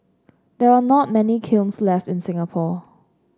there are not many kilns left in Singapore